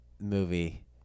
movie